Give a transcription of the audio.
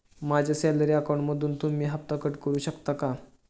माझ्या सॅलरी अकाउंटमधून तुम्ही हफ्ता कट करू शकता का?